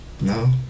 No